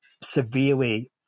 severely